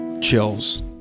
chills